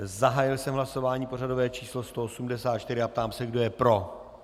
Zahájil jsem hlasování pořadové číslo 184 a ptám se, kdo je pro.